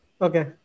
okay